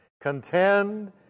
Contend